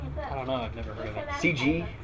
CG